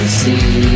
see